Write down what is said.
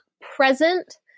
present